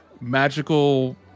magical